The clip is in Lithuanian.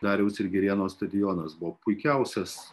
dariaus ir girėno stadionas buvo puikiausias